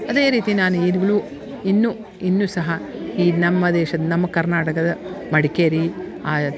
ಅದೇ ರೀತಿ ನಾನು ಈಗಲೂ ಇನ್ನು ಇನ್ನು ಸಹ ಈಗ ನಮ್ಮ ದೇಶದ ನಮ್ಮ ಕರ್ನಾಟಕದ ಮಡಿಕೇರಿ ದ